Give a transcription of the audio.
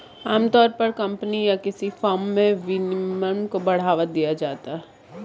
आमतौर पर कम्पनी या किसी फर्म में विनियमन को बढ़ावा दिया जाता है